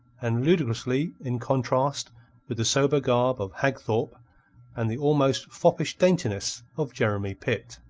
and ludicrously in contrast with the sober garb of hagthorpe and the almost foppish daintiness of jeremy pitt.